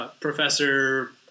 Professor